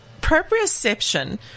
proprioception